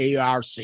ARC